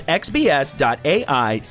xbs.ai